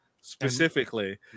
specifically